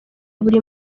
buri